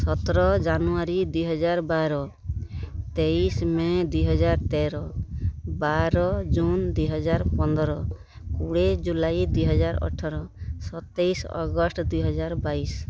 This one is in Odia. ସତର ଜାନୁୟାରୀ ଦୁଇ ହଜାର ବାର ତେଇଶି ମେ ଦୁଇ ହଜାର ତେର ବାର ଜୁନ୍ ଦୁଇ ହଜାର ପନ୍ଦର କୋଡ଼ିଏ ଜୁଲାଇ ଦୁଇ ହଜାର ଅଠର ସତେଇଶି ଅଗଷ୍ଟ ଦୁଇ ହଜାର ବାଇଶି